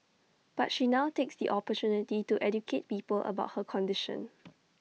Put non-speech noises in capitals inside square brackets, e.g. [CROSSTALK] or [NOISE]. but she now takes the opportunity to educate people about her condition [NOISE]